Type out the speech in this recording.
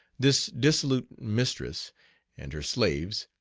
this dissolute mistress and her slaves,